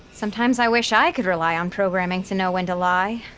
sometimes i wish i could rely on programming to know when to lie.